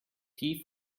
tief